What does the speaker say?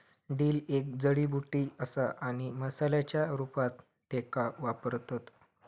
dill एक जडीबुटी असा आणि मसाल्याच्या रूपात त्येका वापरतत